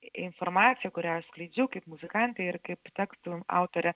informaciją kurią aš skleidžiu kaip muzikantė ir kaip tekstų autorė